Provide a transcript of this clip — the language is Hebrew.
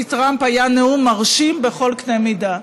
טראמפ היה נאום מרשים בכל קנה מידה,